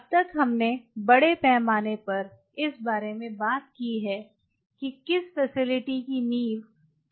अब तक हमने बड़े पैमाने पर इस बारे में बात की है कि किसी फैसिलिटी की नींव कैसे रखी जाए